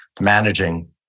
managing